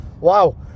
wow